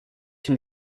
can